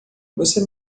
você